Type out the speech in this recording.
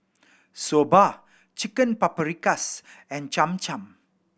Soba Chicken Paprikas and Cham Cham